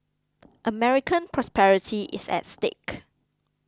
American prosperity is at stake